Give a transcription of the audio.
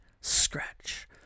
scratch